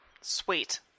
sweet